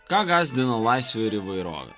ką gąsdino laisvė ir įvairovė